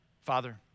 Father